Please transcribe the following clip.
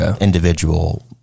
individual